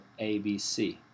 abc